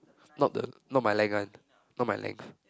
not the not my length one not my length